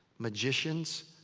magicians.